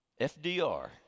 FDR